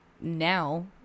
now